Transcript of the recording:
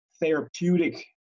therapeutic